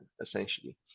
essentially